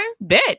bet